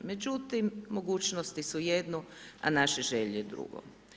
Međutim, mogućnosti su jedno a naše želje drugo.